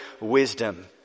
wisdom